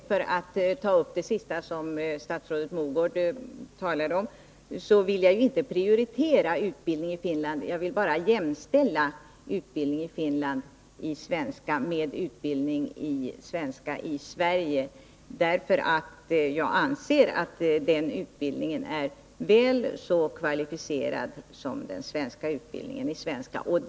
Herr talman! Beträffande det sista som statsrådet Mogård talade om: Jag Måndagen den vill inte prioritera utbildningen i Finland, utan jag vill bara jämställa 26 januari 1981 utbildning i Finland i svenska med utbildning i Sverige i svenska, därför att jag anser att den finska utbildningen i svenska är väl så kvalificerad som den svenska.